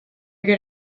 get